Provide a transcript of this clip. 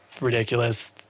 ridiculous